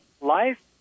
Life